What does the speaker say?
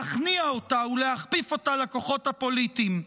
להכניע אותה ולהכפיף אותה לכוחות הפוליטיים.